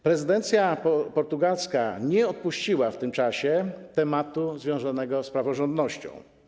Prezydencja portugalska nie odpuściła w tym czasie tematu związanego z praworządnością.